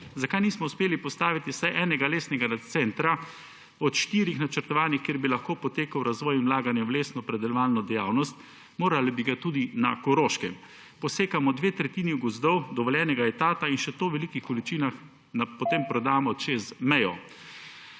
Zakaj nismo uspeli postaviti vsaj enega lesnega centra od štirih načrtovanih, kjer bi lahko potekal razvoj in vlaganje v lesnopredelovalno dejavnost? Morali bi ga tudi na Koroškem. Posekamo dve tretjini dovoljenega etata gozdov, in še to v velikih količinah, potem pa prodamo čez mejo.